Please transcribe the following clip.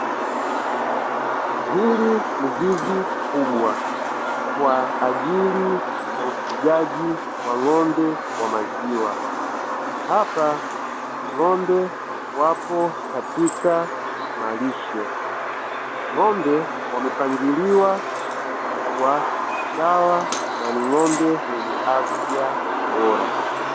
Hili ni zizi kubwa kwa ajili ya ufugaji wa ng'ombe wa maziwa, hapa ng'ombe wapo katika malisho. Ng'ombe wamepangiliwa kwa usawa na ni ng'ombe wenye afya bora.